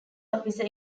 officer